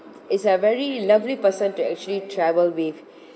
is a very lovely person to actually travel with